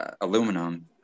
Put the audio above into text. aluminum